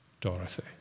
Dorothy